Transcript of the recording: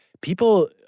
people